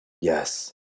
yes